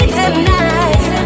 tonight